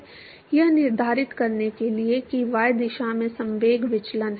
यह निर्धारित करने के लिए कि y दिशा में संवेग विचलन है